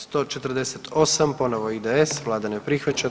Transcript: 148. ponovo IDS, Vlada ne prihvaća.